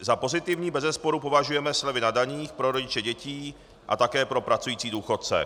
Za pozitivní bezesporu považujeme slevy na daních pro rodiče dětí a také pro pracující důchodce.